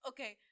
Okay